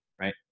right